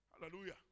Hallelujah